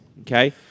Okay